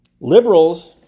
Liberals